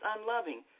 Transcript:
unloving